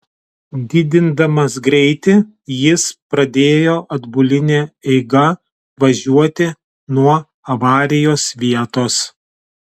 didindamas greitį jis pradėjo atbuline eiga važiuoti nuo avarijos vietos